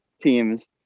teams